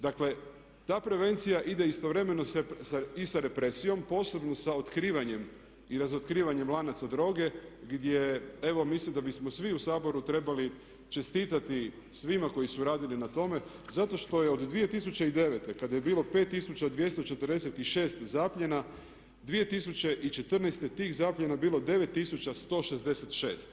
Dakle, ta prevencija ide istovremeno i sa represijom, posebno sa otkrivanjem i razotkrivanjem lanaca droge gdje evo mislim da bismo svi u Saboru trebali čestitati svima koji su radili na tome zato što je od 2009. kada je bilo 5246 zapljena 2014. tih zapljena bilo 9166.